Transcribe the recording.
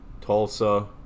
Tulsa